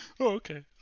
okay